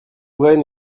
rennes